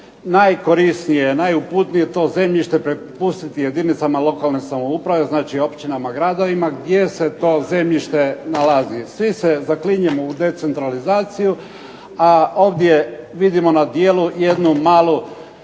najkorisnije, najuputnije to zemljište prepustiti jedinicama lokalne samouprave, znači općinama, gradovima gdje se to zemljište nalazi. Svi se zaklinjemo u decentralizaciju a ovdje vidimo na djelu jednu malu